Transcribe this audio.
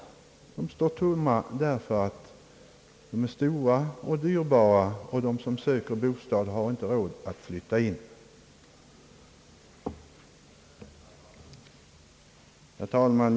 Lägenheterna står tomma därför att de är för stora och dyrbara; de som söker bostad har inte råd att flytta in i dem. Herr talman!